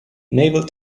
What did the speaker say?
naval